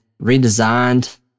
redesigned